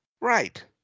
Right